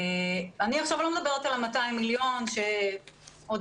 אני עכשיו לא מדברת על ה-200 מיליון שקלים שהם עוד